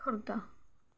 Khordha